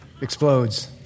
explodes